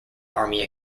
army